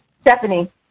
Stephanie